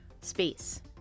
space